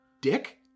Dick